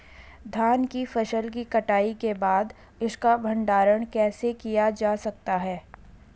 धान की फसल की कटाई के बाद इसका भंडारण कैसे किया जा सकता है?